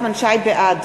בעד